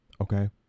okay